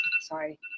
sorry